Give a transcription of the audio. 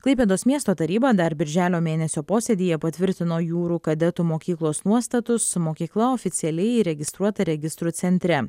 klaipėdos miesto taryba dar birželio mėnesio posėdyje patvirtino jūrų kadetų mokyklos nuostatus mokykla oficialiai įregistruota registrų centre